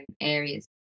areas